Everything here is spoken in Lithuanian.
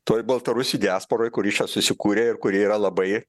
toj baltarusių diasporoj kuri čia susikūrė ir kuri yra labai